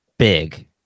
Big